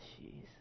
Jeez